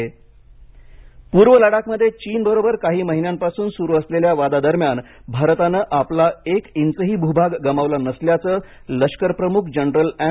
नरवणे पूर्व लडाखमध्ये चीनबरोबर काही महिन्यांपासून सुरू असलेल्या वादादरम्यान भारताने आपला एक इंच भूभाग गमावला नसल्याचं लष्कर प्रमुख जनरल एम